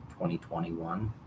2021